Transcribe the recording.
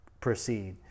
proceed